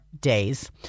days